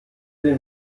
den